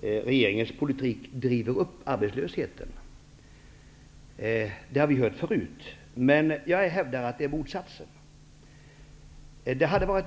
regeringens politik driver upp arbetslösheten. Det har vi hört förut, men jag hävdar att motsatsen är fallet.